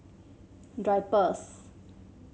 Drypers